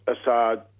Assad